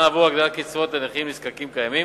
בשנה עבור הגדלת קצבאות לנכים נזקקים קיימים,